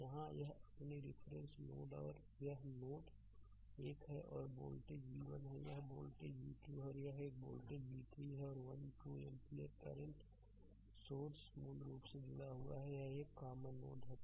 तो यहां यह अपना रिफरेंस नोड है और यह नोड 1 है यह वोल्टेज v1 है यह वोल्टेज V2 है और यह वोल्टेज V3 है और 1 2 एम्पीयर सोर्स मूल रूप से जुड़ा हुआ है यह एककॉमन नोड है